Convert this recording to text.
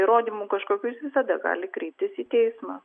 įrodymų kažkokių jis visada gali kreiptis į teismą